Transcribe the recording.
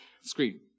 screen